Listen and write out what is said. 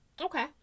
Okay